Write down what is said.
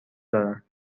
دارم